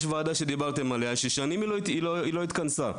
יש ועדה שדיברתם עליה ושנים היא לא התכנסה.